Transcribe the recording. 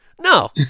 No